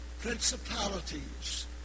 principalities